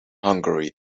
hungary